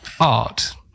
art